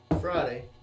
Friday